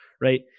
Right